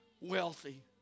wealthy